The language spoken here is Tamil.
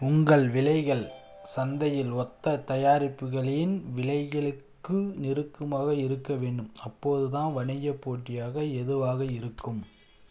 உங்கள் விலைகள் சந்தையில் ஒத்த தயாரிப்புகளின் விலைகளுக்கு நெருக்கமாக இருக்கவேண்டும் அப்போதுதான் வணிகப் போட்டியாக எதுவாக இருக்கும்